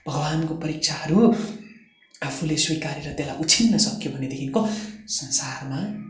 भगवान्को परीक्षाहरू आफूले स्विकारेर त्यसलाई उछिन्न सकियो भनेदेखिको संसारमा